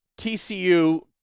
TCU